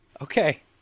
Okay